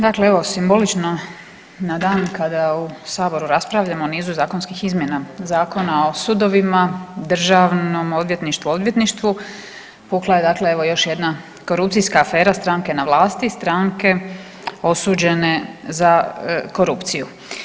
Dakle evo simbolično na dan kada u saboru raspravljamo o nizu zakonskih izmjena Zakona o sudovima, državnom odvjetništvu i odvjetništvu pukla je dakle evo još jedna korupcijska afera stranke na vlasti, stranke osuđene za korupciju.